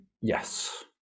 yes